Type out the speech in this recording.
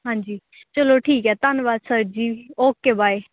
ਹਾਂਜੀ ਚਲੋ ਠੀਕ ਹੈ ਧੰਨਵਾਦ ਸਰ ਜੀ ਓਕੇ ਬਾਏ